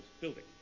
building